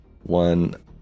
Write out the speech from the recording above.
one